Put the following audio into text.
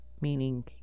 meaning